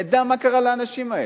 נדע מה קרה לאנשים האלה.